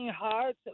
hard